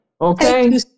Okay